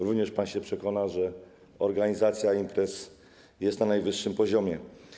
Również pan się przekona, że organizacja imprez jest na najwyższym poziomie.